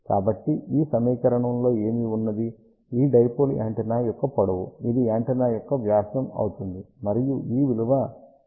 కాబట్టి ఈ సమీకరణం లో ఏమి ఉన్నది ఈ డైపోల్ యాంటెన్నా యొక్క పొడవు ఇది యాంటెన్నా యొక్క వ్యాసం అవుతుంది మరియు ఈ విలువ 0